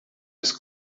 his